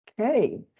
Okay